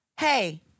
hey